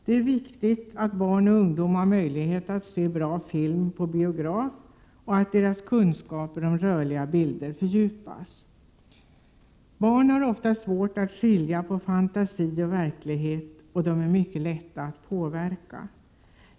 Det är viktigt att barn och ungdom har möjlighet att se bra film på biograf och att deras kunskaper om rörliga bilder fördjupas. Barn har ofta svårt att skilja på fantasi och verklighet, och de är mycket lättpåverkade.